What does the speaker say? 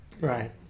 right